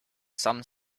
some